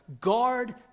guard